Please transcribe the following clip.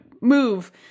move